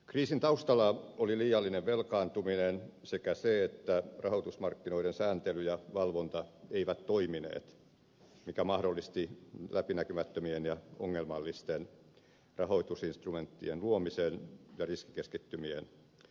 kriisin taustalla oli liiallinen velkaantuminen sekä se että rahoitusmarkkinoiden sääntely ja valvonta eivät toimineet mikä mahdollisti läpinäkymättömien ja ongelmallisten rahoitusinstrumenttien luomisen ja riskikeskittymien syntymisen